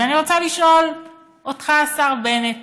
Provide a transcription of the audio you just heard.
ואני רוצה לשאול אותך, השר בנט,